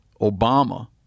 Obama